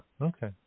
Okay